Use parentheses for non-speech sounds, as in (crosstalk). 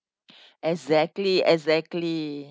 (breath) exactly exactly